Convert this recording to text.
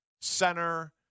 center